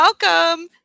welcome